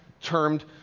termed